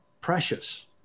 precious